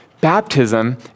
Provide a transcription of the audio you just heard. baptism